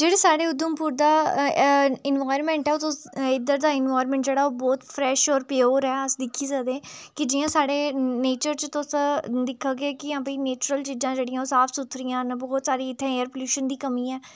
जेह्ड़े साढ़े उधमपुर दा एनवायरनमेंट ऐ ओह् तुस इद्धर दा एनवायरनमेंट जेह्ड़ा ओह् बहोत फ्रेश होर प्योर ऐ अस दिक्खी सकदे कि जि'यां साढ़े नेचर च तुस दिक्खगे की आं भई नेचुरल चीजां जेह्ड़ियां ओह् साफ सुथरियां न बहोत सारी इ'त्थें एयर पलूशन दी कमी ऐ